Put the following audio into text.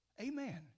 Amen